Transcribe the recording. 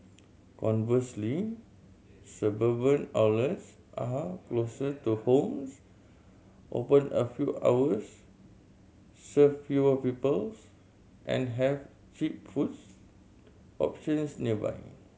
conversely suburban outlets are closer to homes open a fewer hours serve fewer peoples and have cheap foods options nearby